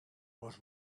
was